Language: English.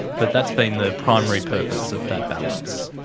but that's been the primary purpose of that balance.